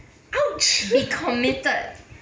!ouch!